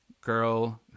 girl